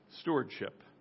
Stewardship